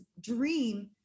dream